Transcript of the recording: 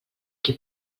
qui